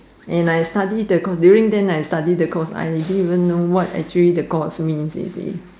and I study the course during than I study the course I didn't even know what actually the course means you see